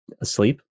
asleep